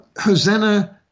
Hosanna